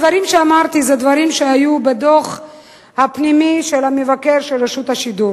הדברים שאמרתי אלה הם דברים שהיו בדוח הפנימי של המבקר של רשות השידור.